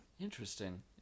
Interesting